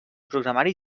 programari